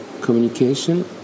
communication